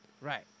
Right